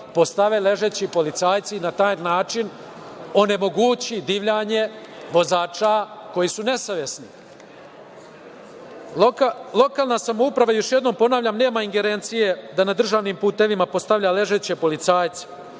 postave ležeći policajci i na taj način onemogući divljanje vozača koji su nesavesni. Lokalna samouprava, još jednom ponavljam, nema ingerencije da na državnim putevima postavlja ležeće policajce